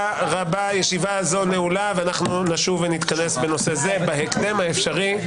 הישיבה הזו נעולה ואנחנו נשוב ונתכנס בנושא זה בהקדם האפשרי.